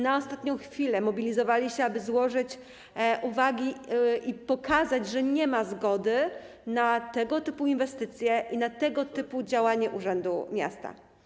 Na ostatnią chwilę mobilizowali się, aby złożyć uwagi i pokazać, że nie ma zgody na tego typu inwestycję i tego typu działania urzędu miasta.